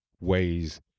ways